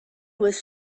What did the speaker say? was